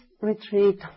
retreat